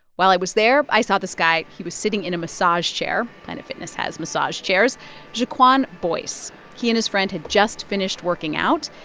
while i was there, i saw this guy. he was sitting in a massage chair planet fitness has massage chairs gequan boyce. he and his friend had just finished working out.